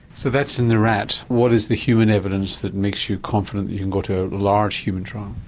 so that's in the rat, what is the human evidence that makes you confident you can go to a large human trial?